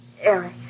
Eric